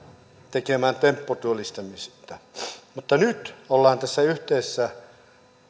tekemään tempputyöllistämistä mutta nyt kun ollaan tässä yhteisessä